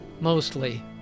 mostly